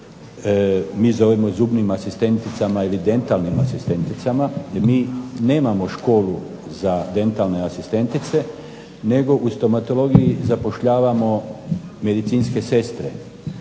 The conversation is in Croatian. mi zovemo zubnim asistenticama ili dentalnim asistenticama jer mi nemamo školu za dentalne asistentice, nego u stomatologiji zapošljavamo medicinske sestre.